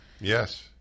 Yes